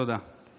תודה.